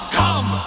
come